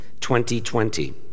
2020